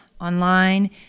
online